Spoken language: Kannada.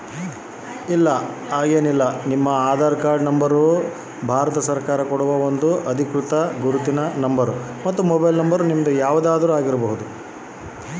ನನ್ನ ಆಧಾರ್ ಕಾರ್ಡ್ ಮತ್ತ ಪೋನ್ ನಂಬರಗಳು ಎರಡು ಒಂದೆ ಇರಬೇಕಿನ್ರಿ?